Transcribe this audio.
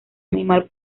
animal